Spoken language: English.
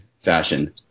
Fashion